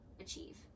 achieve